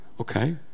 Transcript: Okay